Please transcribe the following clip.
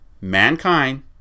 mankind